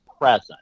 present